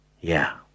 Yeah